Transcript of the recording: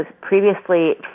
previously